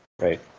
Right